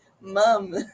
mom